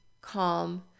calm